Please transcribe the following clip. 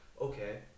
okay